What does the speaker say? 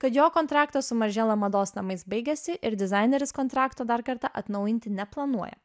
kad jo kontraktas su maržėla mados namais baigėsi ir dizaineris kontrakto dar kartą atnaujinti neplanuoja